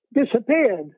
disappeared